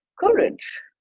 courage